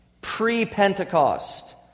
pre-Pentecost